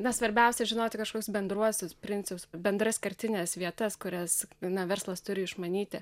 na svarbiausia žinoti kažkokius bendruosius principus bendras kertines vietas kurias na verslas turi išmanyti